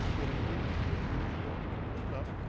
getting wind of the unusual, pulled up,